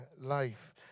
life